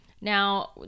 Now